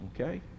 Okay